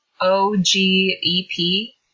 O-G-E-P